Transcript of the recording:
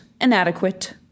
inadequate